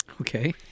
okay